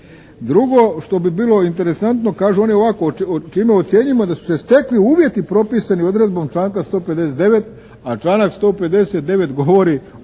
Drugo što bi bilo interesantno, kažu oni ovako čime ocjenjujemo da su se stekli uvjeti propisani odredbom članka 159., a članak 159. govori